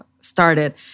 started